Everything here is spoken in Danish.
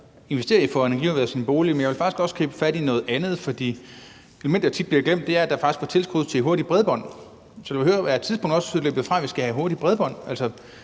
investere i at få energirenoveret sin bolig. Men jeg vil faktisk også gribe fat i noget andet, for et element, der tit bliver glemt, er, at der faktisk var tilskud til hurtigt bredbånd. Så jeg vil høre: Er tidspunktet også løbet fra, at vi skal have hurtigt bredbånd?